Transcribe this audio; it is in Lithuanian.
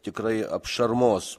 tikrai apšarmos